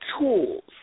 tools